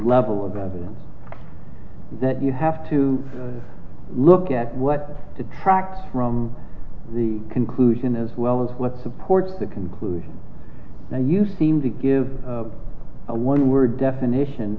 level of evidence that you have to look at what detracts from the conclusion as well as what supports the conclusion and you seem to give a one word definition